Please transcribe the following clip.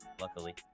luckily